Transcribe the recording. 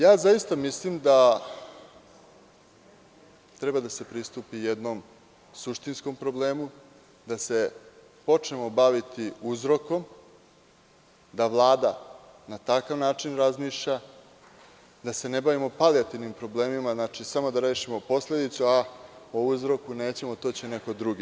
Ja zaista mislim da treba da se pristupi jednom suštinskom problemu, da se počnemo baviti uzrokom, da Vlada na takav način razmišlja, da se ne bavimo palijativnim problemima, znači, samo da rešimo posledicu a o uzroku nećemo, to će neko drugi.